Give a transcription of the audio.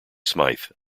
smyth